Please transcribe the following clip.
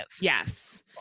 Yes